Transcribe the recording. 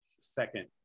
second